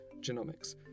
genomics